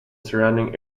surrounding